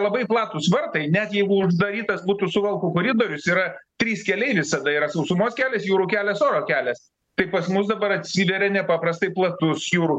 labai platūs vartai net jeigu uždarytas būtų suvalkų koridorius yra trys keliai visada yra sausumos kelias jūrų kelias oro kelias tai pas mus dabar atsiveria nepaprastai platus jūrų